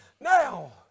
Now